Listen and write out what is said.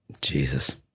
Jesus